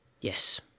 Yes